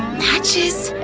matches?